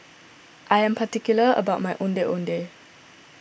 I am particular about my Ondeh Ondeh